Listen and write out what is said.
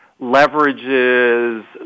leverages